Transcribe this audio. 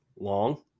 long